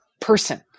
person